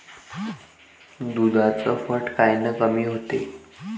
दुधाचं फॅट कायनं कमी होते?